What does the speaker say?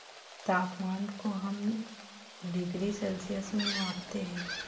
तापमान को हम डिग्री सेल्सियस में मापते है